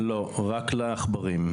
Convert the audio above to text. לא, רק לעכברים.